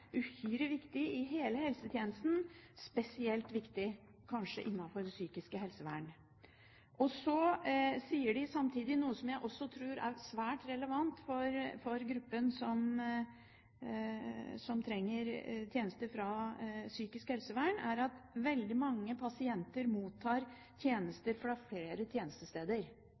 uhyre viktig i hele helsetjenesten, spesielt viktig kanskje innenfor psykisk helsevern. Så sier de samtidig noe som jeg også tror er svært relevant for gruppen som trenger tjenester fra psykisk helsevern. Veldig mange pasienter mottar tjenester fra flere tjenestesteder,